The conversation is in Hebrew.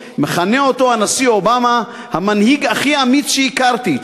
הנשיא אובמה מכנה אותו: המנהיג הכי אמיץ שהכרתי,